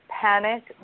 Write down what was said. panic